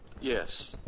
Yes